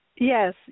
Yes